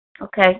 Okay